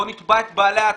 בוא נתבע את בעלי האתרים.